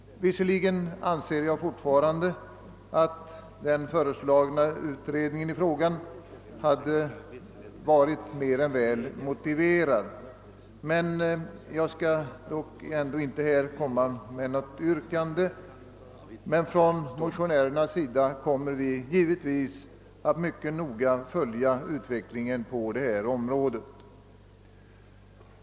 Visserligen anser jag fortfarande att den föreslagna utredningen av frågan varit mer än väl motiverad men jag skall ändå inte här göra något yrkande. Motionärerna kommer givetvis mycket noga att följa utvecklingen på detta område.